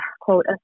quote